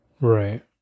Right